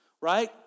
right